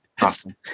Awesome